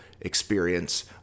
experience